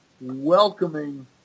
welcoming